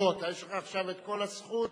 יש לך עכשיו את כל הזכות